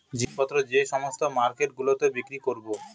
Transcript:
জিনিস পত্র যে সমস্ত মার্কেট গুলোতে বিক্রি করবো